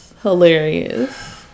hilarious